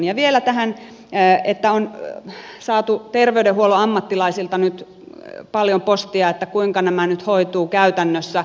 ja vielä tähän että on saatu terveydenhuollon ammattilaisilta nyt paljon postia siitä että kuinka nämä nyt hoituvat käytännössä